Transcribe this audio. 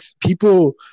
people